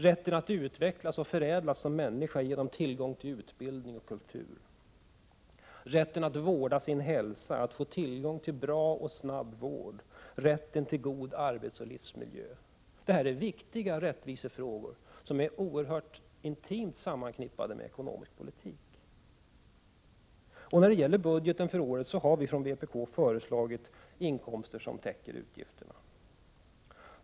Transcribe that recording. Rätten att utvecklas och förädlas som människa genom tillgång till utbildning och kultur. Rätten att vårda sin hälsa, att få tillgång till bra och snabb vård. Rätten till god arbetsoch livsmiljö. Detta är viktiga rättvisefrågor som är oerhört intimt sammanknippade med ekonomisk politik. När det gäller budgeten för året har vi från vpk föreslagit inkomster som täcker utgifterna.